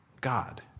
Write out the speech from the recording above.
God